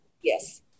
Yes